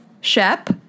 Shep